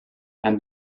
and